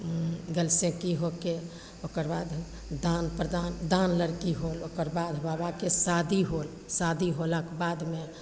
गलसेकी होके ओकर बाद दान प्रदान दान लड़की होल ओकर बाद बाबाके शादी होल शादी होलाके बादमे